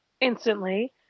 instantly